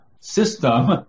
system